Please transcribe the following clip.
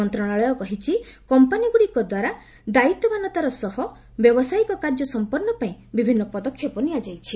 ମନ୍ତ୍ରଣାଳୟ କହିଛି' କମ୍ପାନୀଗୁଡିକ ଦ୍ୱାରା ଦାୟିତ୍ୱବାନତାର ସହ ବ୍ୟବସାୟିକ କାର୍ଯ୍ୟ ସମ୍ପନ୍ ପାଇଁ ବିଭିନ୍ନ ପଦକ୍ଷେପ ନିଆଯାଇଛି